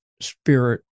spirit